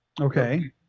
Okay